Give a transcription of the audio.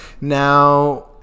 Now